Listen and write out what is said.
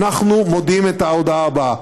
אנחנו מודיעים את ההודעה הבאה: